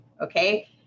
Okay